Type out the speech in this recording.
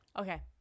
Okay